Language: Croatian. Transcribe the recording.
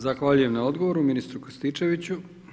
Zahvaljujem na odgovoru ministru Krstičeviću.